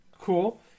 Cool